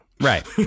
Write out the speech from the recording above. Right